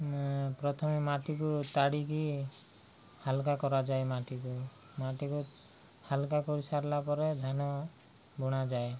ପ୍ରଥମେ ମାଟିକୁ ତାଡ଼ିକି ହାଲକା କରାଯାଏ ମାଟିକୁ ମାଟିକୁ ହାଲକା କରିସାରିଲା ପରେ ଧାନ ବୁଣାଯାଏ